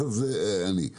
אני לא